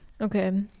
okay